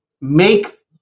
make